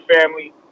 family